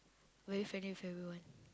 very friendly with everyone